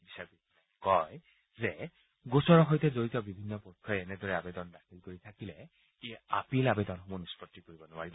বিচাৰপীঠখনে কয় যে গোচৰৰ সৈতে জড়িত বিভিন্ন পক্ষই এনেদৰে আৱেদন দাখিল কৰি থাকিলে ই এই আপিল আৰেদনসমূহ নিষ্পত্তি কৰিব নোৱাৰিব